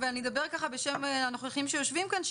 אני אדבר בשם הנוכחים שיושבים כאן.